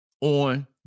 on